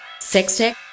sextech